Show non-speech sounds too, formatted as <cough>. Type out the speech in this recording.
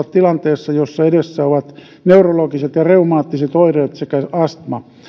<unintelligible> tilanteessa jossa edessä ovat neurologiset ja reumaattiset oireet sekä astma